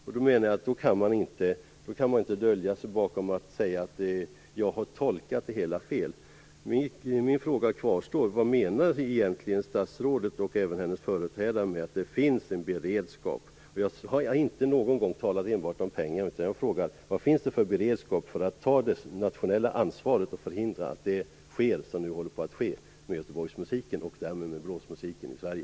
Jag menar att man inte kan gömma sig genom att säga att man har tolkat det hela fel. Min fråga kvarstår: Vad menar egentligen statsrådet och även hennes företrädare med att det finns en beredskap? Jag har inte någon gång talat enbart om pengar, utan jag frågar: Vad finns det för beredskap för att man skall ta det nationella ansvaret för att förhindra det som nu håller på att ske med Göteborgsmusiken och därmed med blåsmusiken i Sverige?